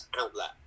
outlet